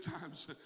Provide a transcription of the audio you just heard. times